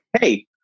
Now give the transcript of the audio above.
hey